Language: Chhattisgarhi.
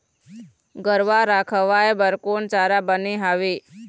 गरवा रा खवाए बर कोन चारा बने हावे?